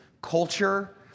culture